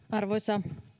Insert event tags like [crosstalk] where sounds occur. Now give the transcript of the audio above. [unintelligible] arvoisa